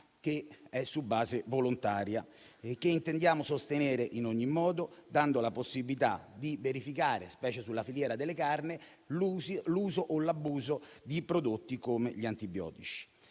che è su base volontaria e che intendiamo sostenere in ogni modo, dando la possibilità di verificare, specie sulla filiera delle carni, l'uso o l'abuso di prodotti come gli antibiotici.